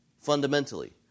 fundamentally